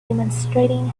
demonstrating